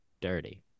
dirty